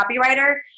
Copywriter